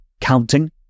counting